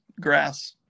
grass